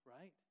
right